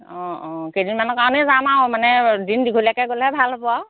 অঁ অঁ কেইদিনমানৰ কাৰণেই যাম আৰু মানে দিন দীঘলীয়াকৈ গ'লে ভাল হ'ব আৰু